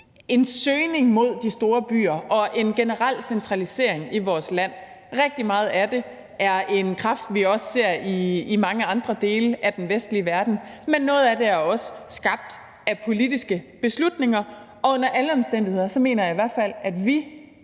en søgning mod de store byer og en generel centralisering i vores land. Rigtig meget af det er en kraft, som vi også ser i mange andre dele af den vestlige verden, men noget af det er også skabt af politiske beslutninger, og under alle omstændigheder mener jeg i hvert fald, at vi